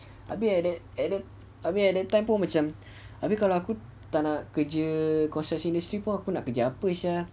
tapi at that at that at that time pun macam abeh kalau aku tak nak kerja construction industry pun aku nak kerja apa sia